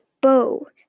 bow